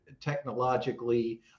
technologically